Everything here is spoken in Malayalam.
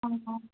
ആണോ